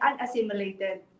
unassimilated